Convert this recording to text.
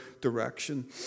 direction